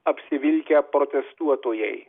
apsivilkę protestuotojai